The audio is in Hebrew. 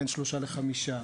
בין שלושה לחמישה,